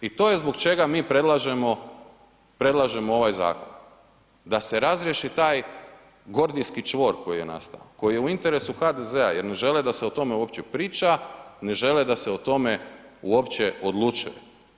I to je zbog čega mi predlažemo, predlažemo ovaj zakon, da se razriješi taj gordijski čvor koji je nastao koji je u interesu HDZ-a jer ne žele da se o tome uopće priča, ne žele da se o tome uopće odlučuje.